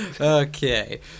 Okay